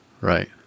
Right